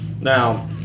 Now